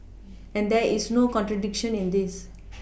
and there is no contradiction in this